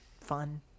fun